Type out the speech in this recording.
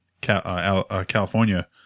California